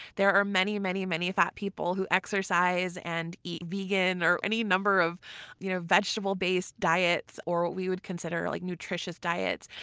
there are many many fat people who exercise and eat vegan, or any number of you know vegetable-based diets or what we would consider like nutritious diets,